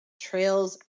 Trails